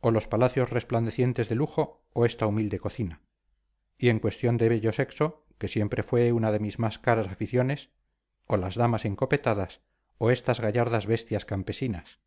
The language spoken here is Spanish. o los palacios resplandecientes de lujo o esta humilde cocina y en cuestión de bello sexo que siempre fue una de mis más caras aficiones o las damas encopetadas o estas gallardas bestias campesinas